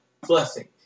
blessing